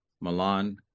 Milan